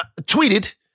tweeted